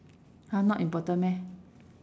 !huh! not important meh